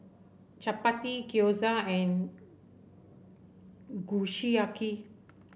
Chapati Gyoza and Kushiyaki